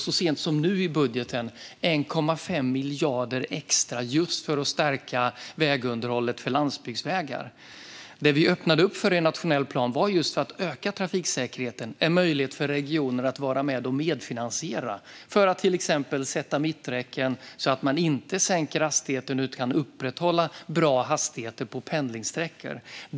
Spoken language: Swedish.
Så sent som nu i budgeten lägger vi 1,5 miljarder extra just för att stärka vägunderhållet för landsbygdsvägar. Det vi öppnade upp för i nationell plan, just för att öka trafiksäkerheten, var en möjlighet för regioner att medfinansiera till exempel uppsättning av mitträcken så att man inte sänker hastigheten utan kan upprätthålla bra hastigheter på pendlingssträckor.